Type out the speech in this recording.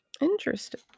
Interesting